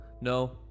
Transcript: No